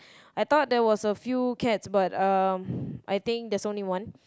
I thought there was a few cats but um I think there's only one